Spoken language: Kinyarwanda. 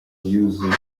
yuzuye